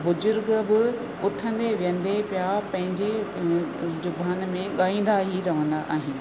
बुज़ुर्ग बि उथंदे वेहंदे पिया पंहिंजी जुबान में ॻाईंदा ही रहंदा आहिनि